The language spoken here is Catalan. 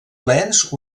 plens